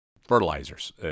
fertilizers